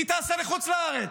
היא טסה לחוץ לארץ.